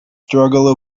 struggle